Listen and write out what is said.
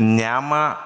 няма